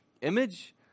image